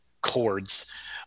chords